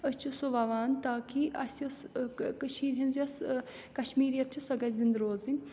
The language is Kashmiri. أسۍ چھِ سُہ وَوان تاکہِ اَسہِ یۄس کٔشیٖرِ ہِنٛز یۄس کَشمیرِیت چھِ سۄ گژھِ زِنٛدٕ روزٕنۍ